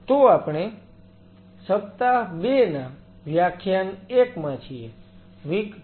તો આપણે સપ્તાહ 2 ના વ્યાખ્યાન 1 માં છીએ W2L1